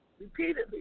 repeatedly